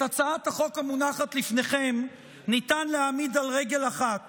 את הצעת החוק המונחת לפניכם ניתן להעמיד על רגל אחת